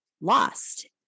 lost